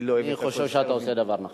אני לא אוהב, אני חושב שאתה עושה דבר נכון.